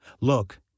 Look